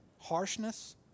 Harshness